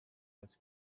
was